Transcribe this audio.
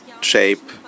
shape